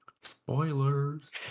spoilers